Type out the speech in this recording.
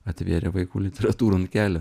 atvėrė vaikų literatūron kelią